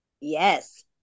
yes